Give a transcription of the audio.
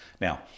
Now